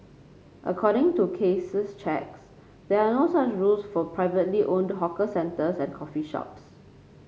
according to Case's checks there are no such rules for privately owned hawker centres and coffee shops